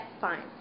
Fine